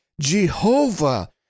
Jehovah